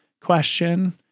question